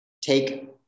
take